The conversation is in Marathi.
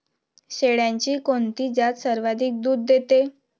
शेळ्यांची कोणती जात सर्वाधिक दूध देते?